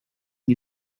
nie